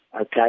okay